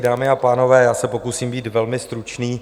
Dámy a pánové, já se pokusím být velmi stručný.